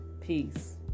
peace